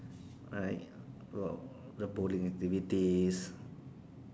right about the bowling activities